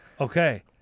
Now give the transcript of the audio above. Okay